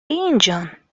اینجان